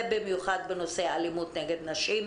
ובמיוחד בנושא האלימות נגד נשים.